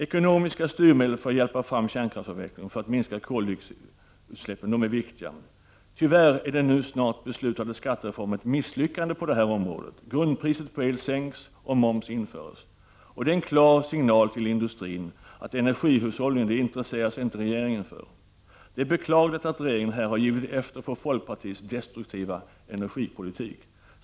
Ekonomiska styrmedel för att hjälpa fram kärnkraftsavvecklingen och för att minska koldioxidutsläppen är viktiga. Tyvärr är den nu snart beslutade skattereformen ett misslyckande på detta område. Grundpriset på el sänks, och moms införs. Detta är en klar signal till industrin att regeringen inte intresserar sig för energihushållning. Det är beklagligt att regeringen här har givit efter för folkpartiets destruktiva energipolitik.